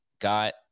got